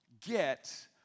get